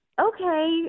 okay